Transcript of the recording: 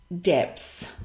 depths